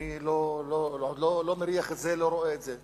אני עוד לא מריח את זה, לא רואה את זה.